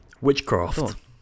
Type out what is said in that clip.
Witchcraft